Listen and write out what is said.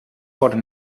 ori